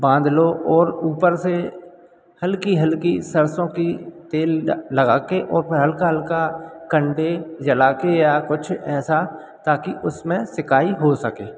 बाँध लो और ऊपर से हल्की हल्की सरसों की तेल लगा के ओर फिर हल्का हल्का कंडे जला कर या कुछ ऐसा ताकि उसमें सिकाई हो सके